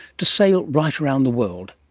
to sail right around the world,